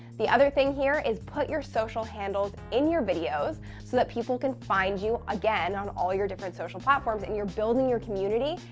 the other thing here is, put your social handles in your videos so that people can find you again on all your different social platforms and you're building your community,